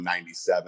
97